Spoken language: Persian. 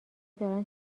دارن